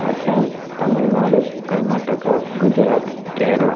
Assam Tamil Nadu Karnataka Gujarat Kerala